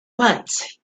once